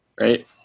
right